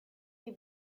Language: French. des